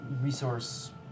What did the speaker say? resource